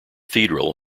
cathedral